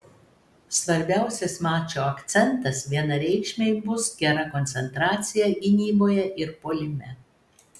svarbiausias mačo akcentas vienareikšmiai bus gera koncentracija gynyboje ir puolime